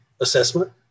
assessment